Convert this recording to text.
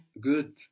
Good